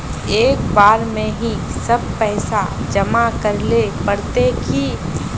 एक बार में ही सब पैसा जमा करले पड़ते की?